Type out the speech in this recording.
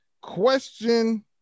Question